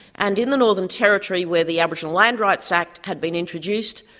and in the northern territory where the aboriginal land rights act had been introduced,